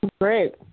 Great